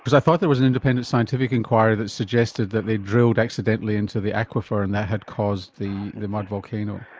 i thought there was an independent scientific inquiry that suggested that they drilled accidentally into the aquifer and that had caused the the mud volcano.